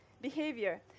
behavior